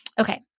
Okay